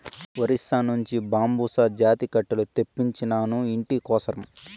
ఒరిస్సా నుంచి బాంబుసా జాతి కట్టెలు తెప్పించినాను, ఇంటి కోసరం